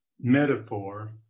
metaphor